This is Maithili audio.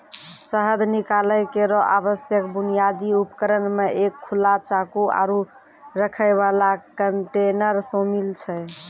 शहद निकालै केरो आवश्यक बुनियादी उपकरण म एक खुला चाकू, आरु रखै वाला कंटेनर शामिल छै